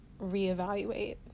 reevaluate